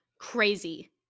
Crazy